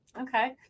Okay